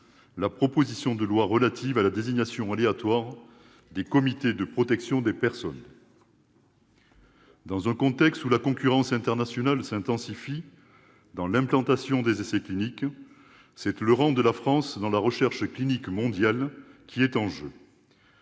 la proposition de loi relative à la désignation aléatoire des comités de protection des personnes. Dans un contexte où la concurrence internationale s'intensifie en matière d'implantation des essais cliniques, c'est le rang de la France dans la recherche clinique mondiale qui est en jeu.